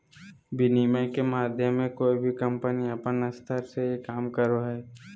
विनिमय के माध्यम मे कोय भी कम्पनी अपन स्तर से ही काम करो हय